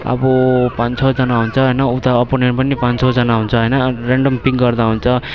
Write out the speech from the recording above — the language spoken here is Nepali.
अब पाँच छजना हुन्छ होइन उता अपोनेन्ट पनि पाँच छजना हुन्छ होइन अन्त रेन्डम पिक गर्दा हुन्छ